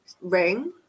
ring